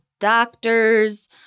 doctors